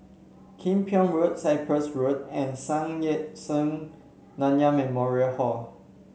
Kim Pong Road Cyprus Road and Sun Yat Sen Nanyang Memorial Hall